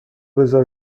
بزار